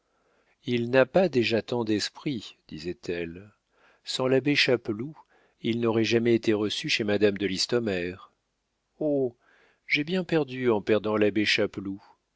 il n'a pas déjà tant d'esprit disait-elle sans l'abbé chapeloud il n'aurait jamais été reçu chez madame de listomère oh j'ai bien perdu en perdant l'abbé